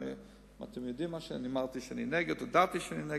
אמרתי שאני נגד והודעתי שאני נגד.